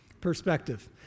perspective